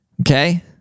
Okay